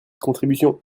contribution